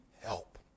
help